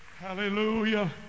Hallelujah